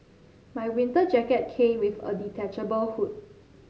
my winter jacket came with a detachable hood